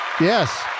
yes